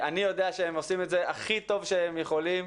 אני יודע שהם עושים את זה הכי טוב שהם יכולים,